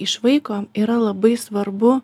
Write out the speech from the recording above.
išvaiko yra labai svarbu